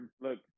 look